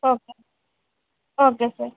okay okay sir